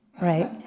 right